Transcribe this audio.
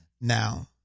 Now